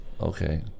Okay